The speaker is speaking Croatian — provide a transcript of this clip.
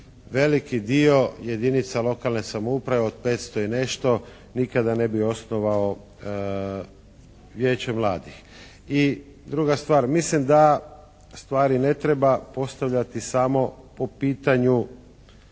veliki dio jedinica lokalne samouprave od 500 i nešto, nikada ne bi osnovao Vijeće mladih. I druga stvar, mislim da stvari ne treba postavljati samo po pitanju